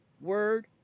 word